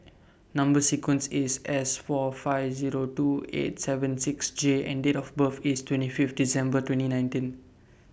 Number sequence IS S four five Zero two eight seven six J and Date of birth IS twenty Fifth December twenty nineteen